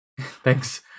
Thanks